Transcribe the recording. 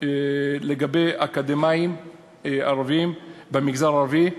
לגבי אקדמאים ערבים במגזר הערבי.